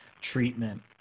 treatment